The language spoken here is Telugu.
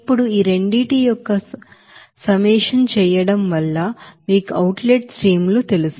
ఇప్పుడు ఈ రెండింటి యొక్క సమ్మిట్ చేయడం వల్ల మీకు అవుట్ లెట్ స్ట్రీమ్ లు తెలుసు